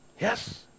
Yes